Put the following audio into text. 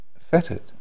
fettered